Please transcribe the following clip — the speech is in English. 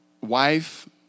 wife